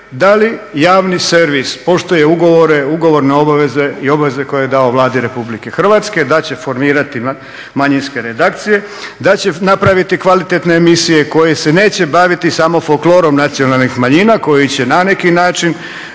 Da li javni servis poštuje ugovore, ugovorne obaveze i obaveze koje je dao Vladi Republike Hrvatske da će formirati manjinske redakcije, da će napraviti kvalitetne emisije koje se neće baviti samo folklorom nacionalnih manjina koji će na neki način